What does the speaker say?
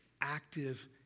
active